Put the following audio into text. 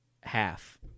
half